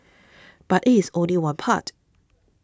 but it is only one part